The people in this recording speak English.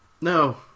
No